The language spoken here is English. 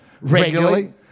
regularly